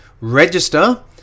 register